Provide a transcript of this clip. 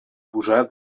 posar